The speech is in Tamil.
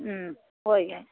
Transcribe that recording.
ம் ஓகே